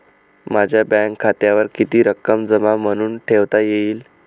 माझ्या बँक खात्यावर किती रक्कम जमा म्हणून ठेवता येईल?